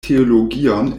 teologion